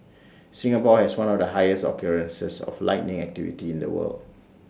Singapore has one of the highest occurrences of lightning activity in the world